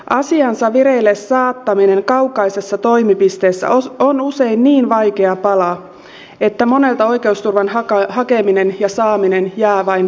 asiansa vireille saattaminen kaukaisessa toimipisteessä on usein niin vaikea pala että monelta oikeusturvan hakeminen ja saaminen jää vain haaveeksi